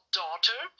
daughter